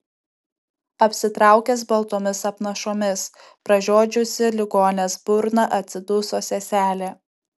apsitraukęs baltomis apnašomis pražiodžiusi ligonės burną atsiduso seselė